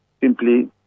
simply